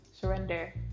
surrender